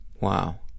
Wow